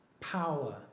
power